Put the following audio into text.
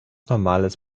normales